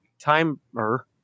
timer